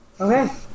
Okay